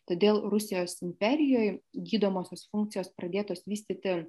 todėl rusijos imperijoj gydomosios funkcijos pradėtos vystyti